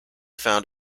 found